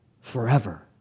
forever